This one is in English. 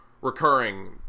recurring